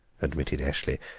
admitted eshley,